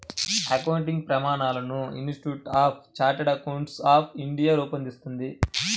accounting ప్రమాణాలను institute of chartered accountants of India రూపొందిస్తుంది